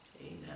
amen